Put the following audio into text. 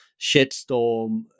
shitstorm